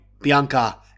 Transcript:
Bianca